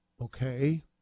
Okay